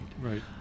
Right